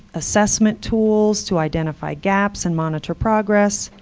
assessment tools to identify gaps and monitor progress,